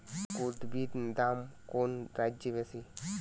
কুঁদরীর দাম কোন রাজ্যে বেশি?